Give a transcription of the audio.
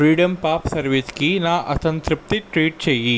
freedom Pop service కి నా అసంతృప్తి ట్వీట్ చెయ్యి